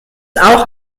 auch